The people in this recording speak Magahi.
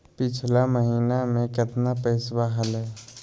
पिछला महीना मे कतना पैसवा हलय?